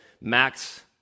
Max